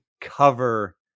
cover